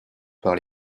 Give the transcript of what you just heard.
par